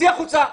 צאי החוצה,